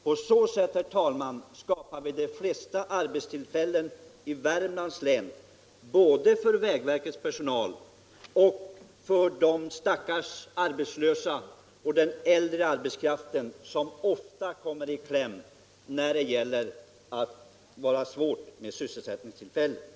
På så sätt skapar vi, herr talman, de flesta arbetstillfällena i Värmlands län både för vägverkets personal och för de stackars arbetslösa, bl.a. den äldre arbetskraften, som ofta kommer i kläm när det är ont om sysselsättningstillfällen.